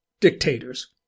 dictators